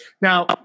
Now